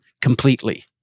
completely